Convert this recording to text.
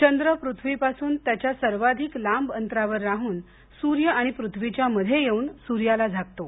चंद्र पृथ्वीपासून त्याच्या सर्वाधिक लांब अंतरावर राहून सूर्य आणि पृथ्वीच्या मध्ये येऊन सूर्याला झाकतो